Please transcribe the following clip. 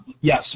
yes